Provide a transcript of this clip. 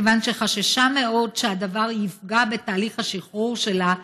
כיוון שחששה מאוד שהדבר יפגע בתהליך השחרור שלה,